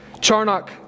Charnock